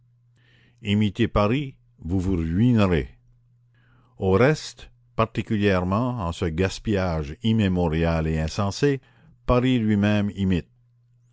imitez paris vous vous ruinerez au reste particulièrement en ce gaspillage immémorial et insensé paris lui-même imite